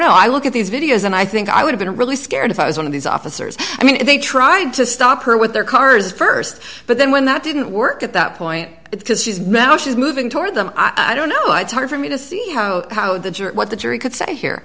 know i look at these videos and i think i would have been really scared if i was one of these officers i mean if they tried to stop her with their cars st but then when that didn't work at that point it's because she's now she's moving toward them i don't know it's hard for me to see how how the jury what the jury could say here